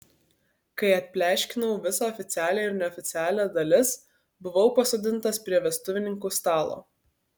kai atpleškinau visą oficialią ir neoficialią dalis buvau pasodintas prie vestuvininkų stalo